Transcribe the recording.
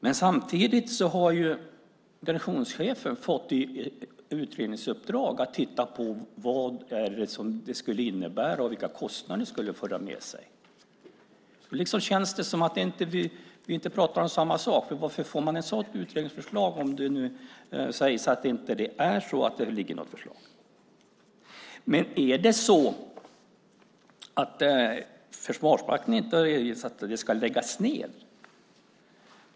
Men samtidigt har garnisonschefen fått i utredningsuppdrag att titta på vad det skulle innebära och vilka kostnader det skulle föra med sig. Då känns det som att vi inte pratar om samma sak. Varför får man ett sådant utredningsuppdrag om det nu sägs att det inte föreligger något förslag? Försvarsmakten har inte redovisat att det ska läggas ned.